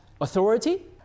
authority